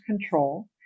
control